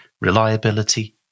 reliability